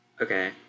Okay